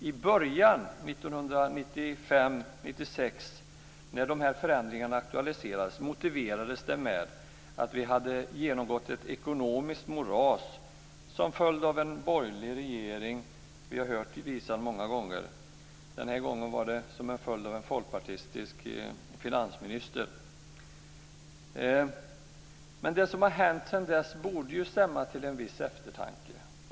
I början, 1995/96, när de här förändringarna aktualiserades motiverade man dem med att vi hade genomgått ett ekonomiskt moras som följd av en borgerlig regering - vi har hört visan många gånger, den här gången som en följd av en folkpartistisk finansminister. Det som hänt sedan dess borde stämma till viss eftertanke.